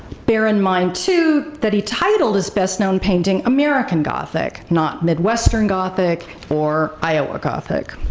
bear in mind, too, that he titled his best known painting american gothic, not midwestern gothic, or iowa gothic.